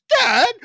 Dad